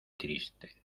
triste